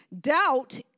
Doubt